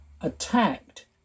attacked